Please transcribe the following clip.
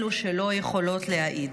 אלו שלא יכולות להעיד.